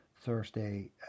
Thursday